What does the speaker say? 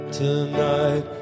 tonight